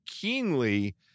keenly